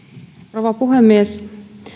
rouva puhemies